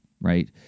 Right